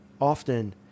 Often